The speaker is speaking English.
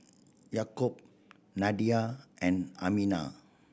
Yaakob Nadia and Aminah